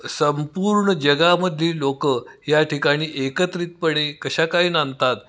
संपूर्ण जगामधली लोकं या ठिकाणी एकत्रितपणे कशा काही नांदतात